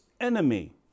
Enemy